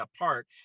apart